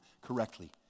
correctly